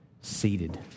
seated